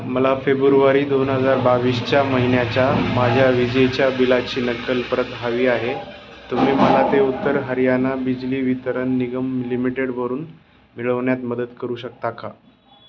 मला फेब्रुवारी दोन हजार बावीसच्या महिन्याच्या माझ्या विजेच्या बिलाची नक्कल परत हवी आहे तुम्ही मला ते उत्तर हरियाणा बिजली वितरण निगम लिमिटेडवरून मिळवण्यात मदत करू शकता का